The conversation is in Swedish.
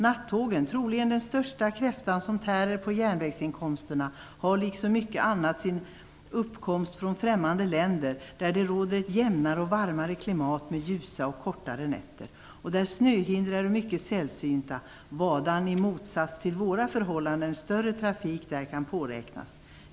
Nattågen, troligen den största kräftan som tärer på jernvägsinkomsterna, har, liksom mycket annat, sin uppkomst från främmande länder, der det råder ett jemnare och varmare klimat med ljusa och kortare nätter, och der snöhinder äro mycket sällsynta, hvadan i motsats till våra förhållanden, en större trafik der kan påräknas.